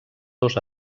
dos